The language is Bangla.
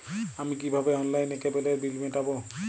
আমি কিভাবে অনলাইনে কেবলের বিল মেটাবো?